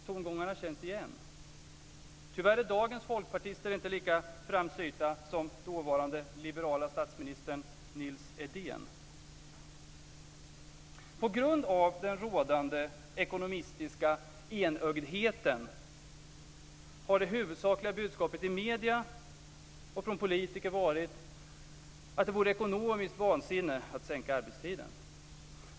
Tongångarna känns igen. Tyvärr är dagens folkpartister inte lika framsynta som dåvarande liberala statsministern Nils Edén. På grund av den rådande ekonomistiska enögdheten har det huvudsakliga budskapet i medierna och från politiker varit att det vore ekonomiskt vansinne att sänka arbetstiden.